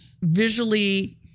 visually